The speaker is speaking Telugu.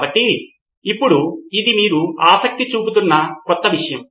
కాబట్టి ఇప్పుడు ఇది మీరు ఆసక్తి చూపుతున్న క్రొత్త విషయము